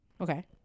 Okay